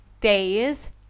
days